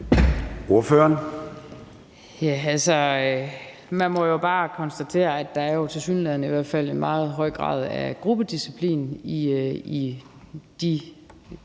Man må bare konstatere, at der tilsyneladende i hvert fald er en meget høj grad af gruppedisciplin i de